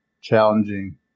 challenging